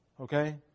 Okay